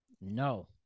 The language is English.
no